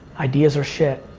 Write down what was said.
ideas are shit,